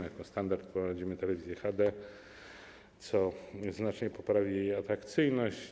Jako standard wprowadzimy telewizję HD, co znacznie poprawi jej atrakcyjność.